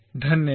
धन्यवाद